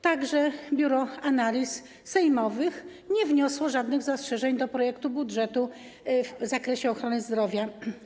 Także Biuro Analiz Sejmowych nie wniosło żadnych zastrzeżeń do projektu budżetu w zakresie ochrony zdrowia.